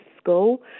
School